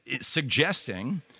suggesting